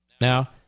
Now